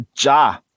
ja